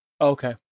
Okay